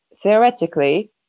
Theoretically